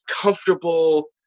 comfortable